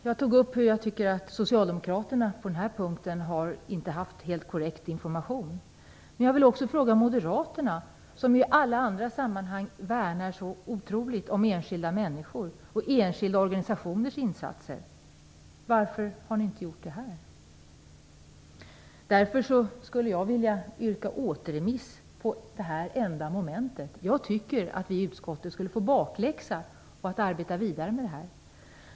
Jag tycker att Socialdemokraterna på den här punkten inte har haft helt korrekt information. Moderaterna värnar i alla andra sammanhang så otroligt om enskilda människor och enskilda organisationers insatser. Jag vill då fråga: Varför har ni inte gjort på samma sätt här? Jag skulle därför vilja yrka återremiss på detta enda moment. Jag tycker att vi i utskottet borde få bakläxa för att arbeta vidare med frågan.